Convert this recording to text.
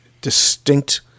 distinct